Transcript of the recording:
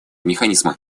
механизма